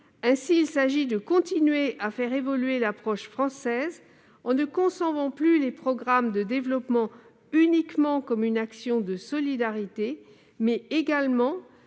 Ainsi, il s'agit de continuer à faire évoluer l'approche française, en ne concevant plus les programmes de développement seulement comme des actions de solidarité, mais également